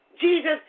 Jesus